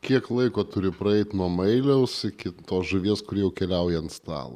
kiek laiko turi praeit nuo mailiaus iki tos žuvies kuri jau keliauja ant stalo